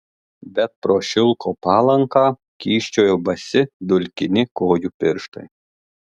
bet pro šilko palanką kyščiojo basi dulkini kojų pirštai